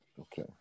Okay